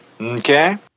Okay